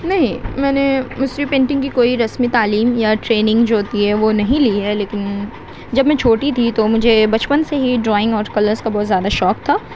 نہیں میں نے مصری پینٹنگ کی کوئی رسمی تعلیم یا ٹریننگ جو ہوتی ہے وہ نہیں لی ہے لیکن جب میں چھوٹی تھی تو مجھے بچپن سے ہی ڈرائنگ اور کلرس کا بہت زیادہ شوق تھا